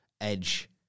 Edge